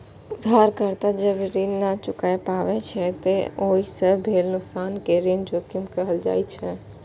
उधारकर्ता जब ऋण नै चुका पाबै छै, ते ओइ सं भेल नुकसान कें ऋण जोखिम कहल जाइ छै